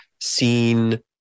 seen